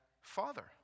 father